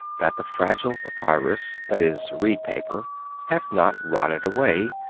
that the fragile papyrus that is, reed-paper has not rotted away,